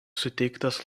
suteiktas